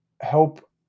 help